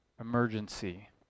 emergency